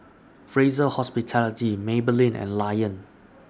Fraser Hospitality Maybelline and Lion